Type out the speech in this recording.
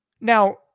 Now